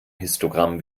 histogramm